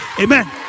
amen